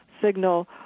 signal